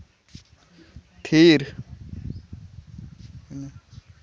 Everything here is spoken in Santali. ᱛᱷᱤᱨ